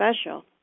special